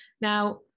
Now